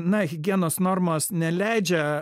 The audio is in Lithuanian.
na higienos normos neleidžia